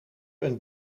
een